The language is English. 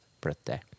birthday